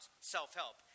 self-help